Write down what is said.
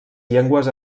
llengües